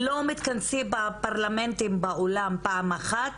לא מתכנסים בפרלמנטים בעולם פעם אחת,